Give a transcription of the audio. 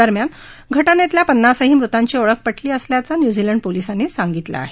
दरम्यान या घटनेतल्या पन्नासही मृतांची ओळख पटली असल्याचं पोलिसांनी सांगितलं आहे